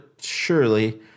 surely